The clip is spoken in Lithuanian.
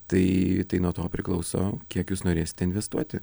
tai tai nuo to priklauso kiek jūs norėsite investuoti